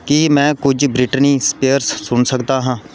ਕੀ ਮੈਂ ਕੁਝ Britney Spears ਸੁਣ ਸਕਦਾ ਹਾਂ